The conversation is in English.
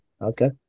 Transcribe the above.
Okay